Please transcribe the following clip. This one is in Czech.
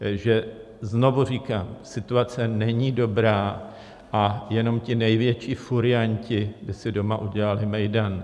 Takže znovu říkám, situace není dobrá a jenom ti největší furianti by si doma udělali mejdan.